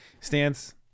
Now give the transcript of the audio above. Stance